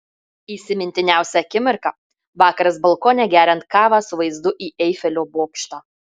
įsimintiniausia akimirka vakaras balkone geriant kavą su vaizdu į eifelio bokštą